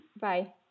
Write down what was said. Bye